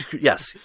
Yes